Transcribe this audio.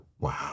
Wow